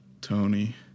Tony